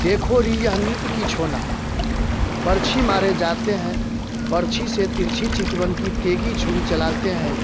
देखो री अनूप की छोना बरछी मारे जाते हैं बरछी से तिरछी चितवन की तेगी छुरी चलाते हैं